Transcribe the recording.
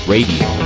Radio